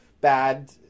bad